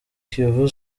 kiyovu